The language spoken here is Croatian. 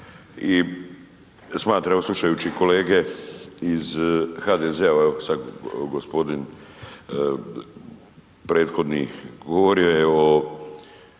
i smatram evo slušajući kolege iz HDZ-a evo sad gospodin prethodni govorio je